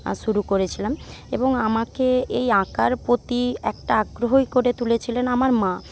শুরু করেছিলাম এবং আমাকে এই আঁকার প্রতি একটা আগ্রহই করে তুলেছিলেন আমার মা